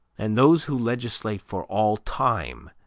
and those who legislate for all time,